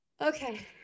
Okay